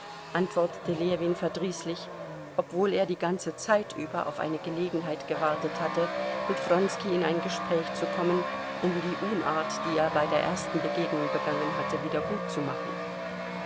antwortete ljewin verdrießlich obwohl er die ganze zeit über auf eine gelegenheit gewartet hatte mit wronski in ein gespräch zu kommen um die unart die er bei der ersten begegnung begangen hatte